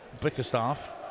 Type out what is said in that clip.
Bickerstaff